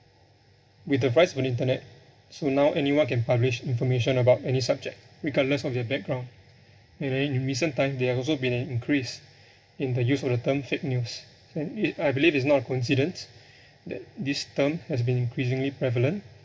with the rise of the internet so now anyone can publish information about any subject regardless of their background and then in recent time there have also been an increase in the use of the term fake news it I believe it is not a coincidence that this term has been increasingly prevalent